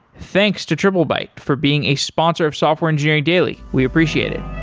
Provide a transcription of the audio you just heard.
thanks to triplebyte for being a sponsor of software engineering daily. we appreciate it.